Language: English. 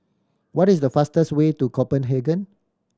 what is the fastest way to Copenhagen